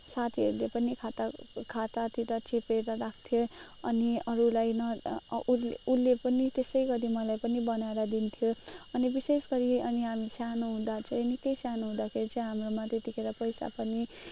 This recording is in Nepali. साथीहरूले पनि खाता खातातिर चेपेर राख्थ्यो अनि अरूलाई उसले उसले पनि त्यसै गरी मलाई पनि बनाएर दिन्थ्यो अनि विशेष गरी अनि हामी सानो हुँदा चाहिँ निकै सानो हुँदाखेरि चाहिँ हाम्रोमा त्यतिखेर पैसा पनि